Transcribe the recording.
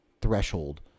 threshold